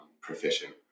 proficient